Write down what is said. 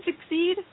succeed